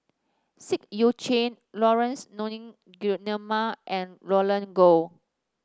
Seah Eu Chin Laurence Nunns Guillemard and Roland Goh